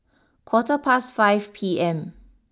quarter past five P M